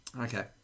Okay